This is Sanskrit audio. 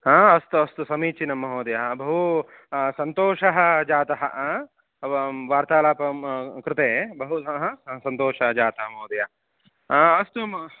हा अस्तु अस्तु समीचीनं महोदय बहु सन्तोषः जातः वार्तालापं कृते बहु सन्तोषः जातः महोदय अस्तु